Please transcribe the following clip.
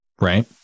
Right